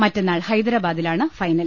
മറ്റന്നാൾ ഹൈദ രാബാദിലാണ് ഫൈനൽ